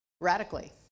radically